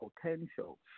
potential